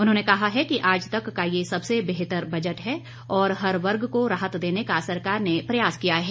उन्होंने कहा है कि आज तक का ये सबसे बेहतर बजट है और हर वर्ग को राहत देने का सरकार ने प्रयास किया है